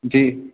जी